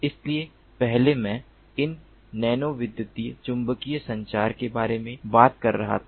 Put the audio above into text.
इसलिए पहले मैं इस नैनोविद्युत चुम्बकीय संचार के बारे में बात कर रहा था